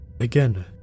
Again